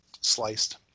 sliced